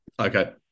Okay